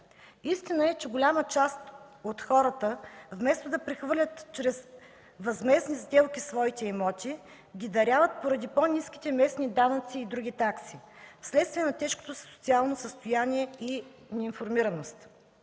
Истина е, че голяма част от хората вместо да прехвърлят чрез възмездни сделки своите имоти, ги даряват поради по-ниските местни данъци и други такси вследствие на тежкото си социално състояние и неинформираност.